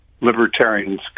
libertarians